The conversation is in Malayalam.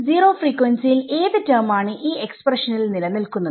സീറോ ഫ്രീക്വൻസി യിൽ ഏത് ടെർമ് ആണ് ഈ എക്സ്പ്രഷനിൽ നിലനിൽക്കുന്നത്